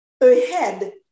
ahead